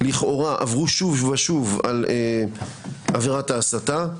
לכאורה עברו שוב ושוב על עבירת ההסתה,